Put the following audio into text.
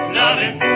loving